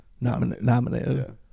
nominated